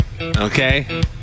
Okay